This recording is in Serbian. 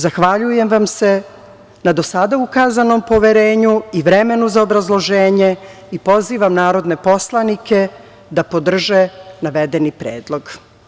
Zahvaljujem vam se na do sada ukazanom poverenju i vremenu za obrazloženje i pozivam narodne poslanike da podrže navedeni predlog.